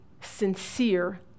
sincere